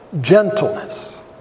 gentleness